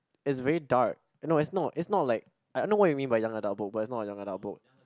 it's very dark no it's not it's not like I know what you mean by young adult book but it's not a young adult book